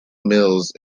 mills